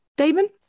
Damon